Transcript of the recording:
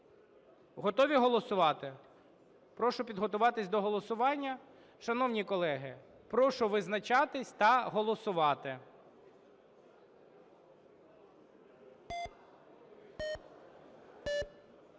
Готові голосувати? Прошу підготуватися до голосування. Шановні колеги, прошу визначатися та голосувати.